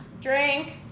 Drink